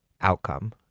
outcome